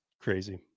crazy